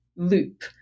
loop